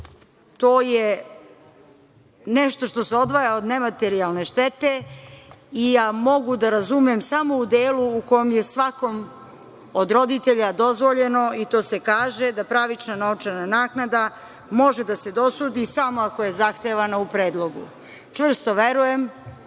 To je nešto što se odvaja od nematerijalne štete i ja mogu da razumem samo u delu u kom je svakom od roditelja dozvoljeno, i to se kaže, da pravična novčana naknada može da se dosudi samo ako je zahtevana u predlogu. Čvrsto verujem